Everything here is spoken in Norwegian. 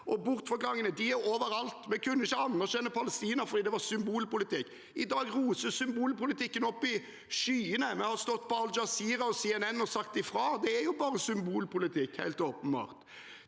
Bortforklaringene er overalt. Vi kunne ikke anerkjenne Palestina fordi det var symbolpolitikk. I dag roses symbolpolitikken opp i skyene. Vi har stått på Al Jazeera og CNN og sagt ifra, og det er bare symbolpolitikk – helt åpenbart.